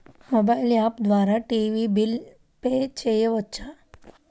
Mobile app ద్వారా TV bill pay చేయవచ్చా?